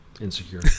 insecure